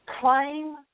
claim